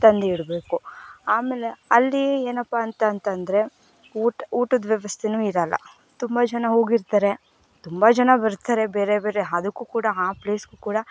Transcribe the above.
ತಂದಿಡಬೇಕು ಆಮೇಲೆ ಅಲ್ಲಿ ಏನಪ್ಪಾ ಅಂತಂತಂದರೆ ಊಟ ಊಟದ ವ್ಯವಸ್ಥೆಯೂ ಇರೋಲ್ಲ ತುಂಬ ಜನ ಹೋಗಿರ್ತಾರೆ ತುಂಬ ಜನ ಬರ್ತಾರೆ ಬೇರೆ ಬೇರೆ ಅದಕ್ಕೂ ಕೂಡ ಆ ಪ್ಲೇಸಿಗೂ ಕೂಡ